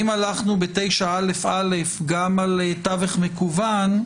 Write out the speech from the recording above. אם הלכנו ב-9א(א) גם על תווך מקוון,